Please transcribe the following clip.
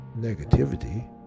negativity